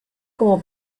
como